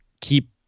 keep